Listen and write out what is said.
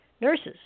nurses